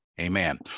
Amen